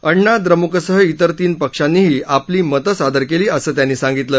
अण्णा द्रम्कसह इतर तीन पक्षांनीही आपली मतं सादर केली असं त्यांनी सांगितलं